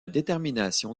détermination